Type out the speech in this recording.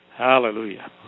Hallelujah